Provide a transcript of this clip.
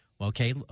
Okay